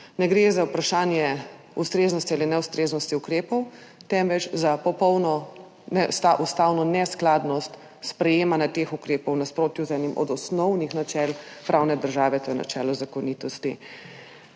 Ne gre za vprašanje ustreznosti ali neustreznosti ukrepov, temveč za popolno ustavno neskladnost sprejemanja teh ukrepov v nasprotju z enim od osnovnih načel pravne države, to je načelo zakonitosti.